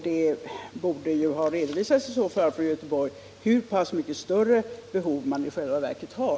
Det borde därför ha redovisats från Göteborg hur pass mycket större behov man i själva verket har.